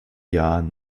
jahren